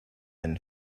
than